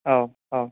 औ औ